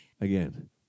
again